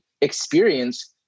experience